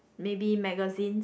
maybe magazines